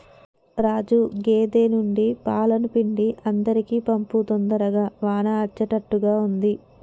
రాజు గేదె నుండి పాలను పిండి అందరికీ పంపు తొందరగా వాన అచ్చేట్టుగా ఉంది